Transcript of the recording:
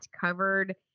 covered